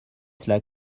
cela